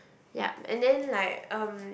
yep and then like uh